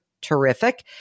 Terrific